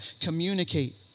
communicate